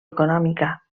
econòmica